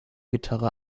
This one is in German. gitarre